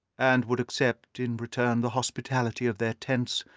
and would accept in return the hospitality of their tents,